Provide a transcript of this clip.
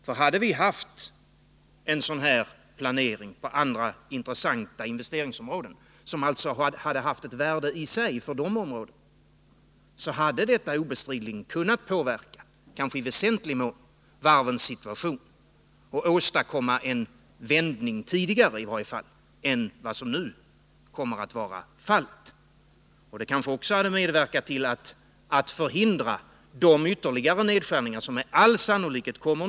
Om vi hade haft en sådan här planering som omfattade andra intressanta investeringsområden, en plane ring som i sig var av värde för andra områden, så hade detta obestridligen — och kanske tt.o.m. i väsentlig mån — kunnat påverka varvens situation eller i varje fall åstadkomma en vändning tidigare än vad som nu kommer att vara fallet. Kanske hade man också därigenom kunnat förhindra de ytterligare nedskärningar som med all sannolikhet nu kommer.